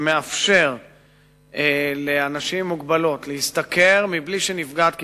שמאפשר לאנשים עם מוגבלויות להשתכר בלי שנפגעת קצבתם,